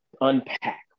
unpack